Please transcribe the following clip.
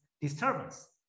disturbance